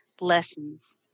lessons